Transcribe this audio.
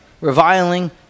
reviling